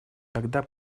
тогда